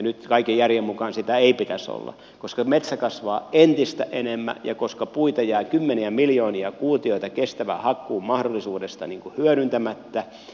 nyt kaiken järjen mukaan sitä ei pitäisi olla koska metsä kasvaa entistä enemmän ja koska puita jää kymmeniä miljoonia kuutioita kestävän hakkuun mahdollisuudesta hyödyntämättä